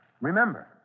Remember